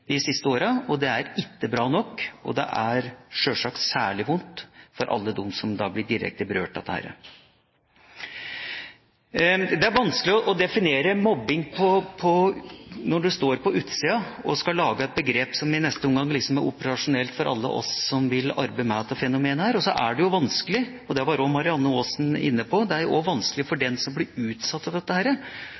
de siste årene. Det er ikke bra nok, og det er sjølsagt særlig vondt for alle dem som blir direkte berørt av det. Det er vanskelig å definere «mobbing» når du står på utsiden og skal lage et begrep som i neste omgang er operasjonelt for alle oss som vil arbeide med dette fenomenet. Som også Marianne Aasen var inne på, er det vanskelig for den som blir utsatt for dette, å få klarhet i om han eller hun er i en mobbesituasjon: Blir jeg nå mobbet eller ikke? Spørsmålet mitt går særlig på dette